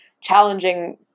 challenging